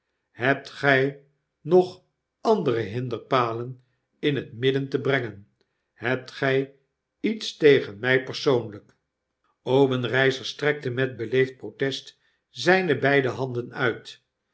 hebt gij nog andere hinderpalen in het midden te brengen hebt ge iets tegen mij persoonlgk obenreizer strekte met beleefd protest zijne beide handen nit